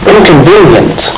Inconvenient